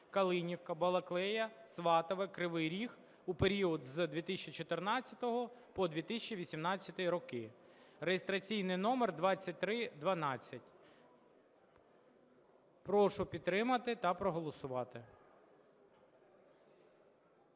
Калинівка, Балаклія, Сватове, Кривий Ріг в період з 2014 по 2018 роки (реєстраційний номер 2312). Прошу підтримати та проголосувати.